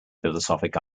philosophic